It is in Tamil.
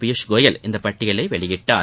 பியூஷ் கோயல் இந்த பட்டியலை வெளியிட்டார்